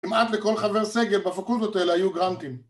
למעט לכל חבר סגל בפקודות האלה היו גרנטים